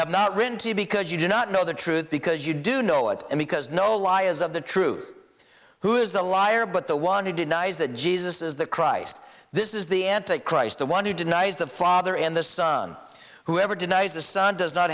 have not written to you because you do not know the truth because you do know it's because no lie is of the truth who is the liar but the one he denies that jesus is the christ this is the anti christ the one who denies the father and the son whoever denies the son does not